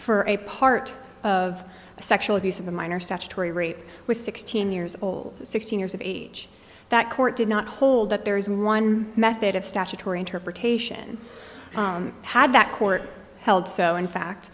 for a part of the sexual abuse of a minor statutory rape was sixteen years old sixteen years of age that court did not hold that there is a method of statutory interpretation had that court held so in